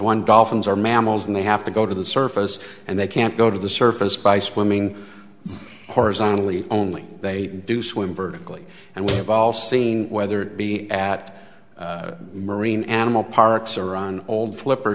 one dolphins are mammals and they have to go to the surface and they can't go to the surface by swimming horizontally only they do swim vertically and we have all seen whether it be at marine animal parks or on old flipper